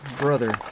brother